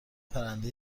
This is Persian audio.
پرنده